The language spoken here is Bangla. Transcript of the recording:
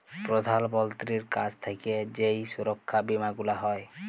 প্রধাল মন্ত্রীর কাছ থাক্যে যেই সুরক্ষা বীমা গুলা হ্যয়